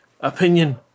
opinion